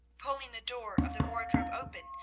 pulling the door of the wardrobe open,